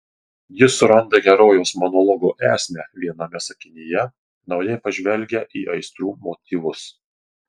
jis suranda herojaus monologo esmę viename sakinyje naujai pažvelgia į aistrų motyvus